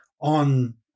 on